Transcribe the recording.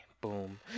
Boom